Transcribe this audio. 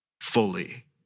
fully